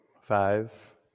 Five